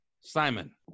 Simon